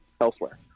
elsewhere